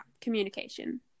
communication